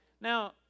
Now